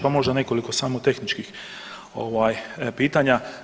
Pa možda nekoliko samo tehničkih pitanja.